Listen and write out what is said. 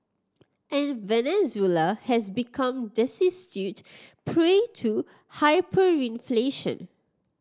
and Venezuela has become prey to hyperinflation